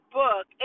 book